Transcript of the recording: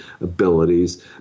abilities